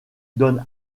donne